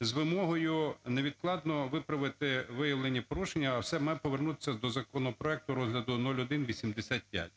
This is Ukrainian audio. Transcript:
з вимогою невідкладно виправити виявлені порушення, а саме повернутись до законопроекту розгляду 0185.